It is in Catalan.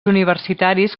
universitaris